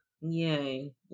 Yay